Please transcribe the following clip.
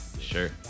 Sure